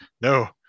No